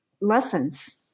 lessons